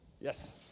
yes